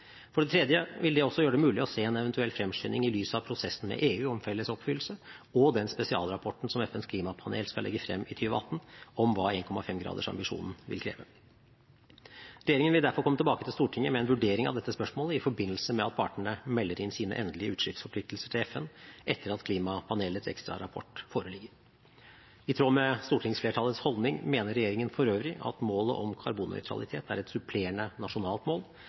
For det tredje vil det også gjøre det mulig å se en eventuell fremskynding i lys av prosessen med EU om felles oppfyllelse og den spesialrapporten som FNs klimapanel skal legge frem i 2018 om hva 1,5-gradersambisjonen vil kreve. Regjeringen vil derfor komme tilbake til Stortinget med en vurdering av dette spørsmålet i forbindelse med at partene melder inn sine endelige utslippsforpliktelser til FN etter at klimapanelets ekstrarapport foreligger. I tråd med stortingsflertallets holdning mener regjeringen for øvrig at målet om karbonnøytralitet er et supplerende nasjonalt mål,